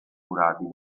curati